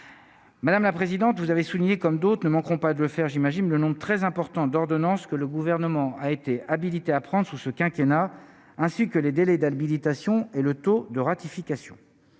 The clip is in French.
madame la présidente, vous avez souligné comme d'autres, ne manqueront pas de le faire, j'imagine le nom très important d'ordonnances que le gouvernement a été habilitée à prendre sous ce quinquennat ainsi que les délais d'habilitation et le taux de ratification